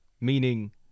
Meaning